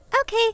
Okay